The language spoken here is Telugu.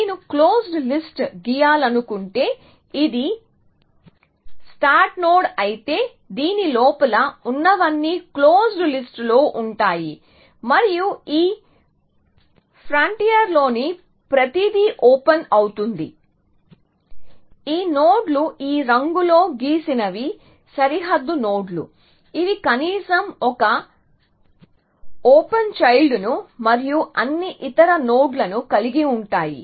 నేను క్లోజ్ లిస్ట్ గీయాలను కుంటే ఇది స్టార్ట్ నోడ్ అయితే దీని లోపల ఉన్నవన్నీ క్లోజ్ లిస్ట్లో ఉంటాయి మరియు ఈ ఫ్రాంటియర్లోని ప్రతిదీ ఓపెన్ అవుతుంది ఈ నోడ్లు ఈ రంగులో గీసినవి సరిహద్దు నోడ్లు ఇవి కనీసం ఒక ఓపెన్ చైల్డ్ ను మరియు అన్ని ఇతర నోడ్లను కలిగి ఉంటాయి